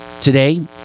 Today